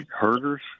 herders